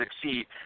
succeed